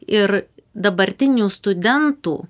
ir dabartinių studentų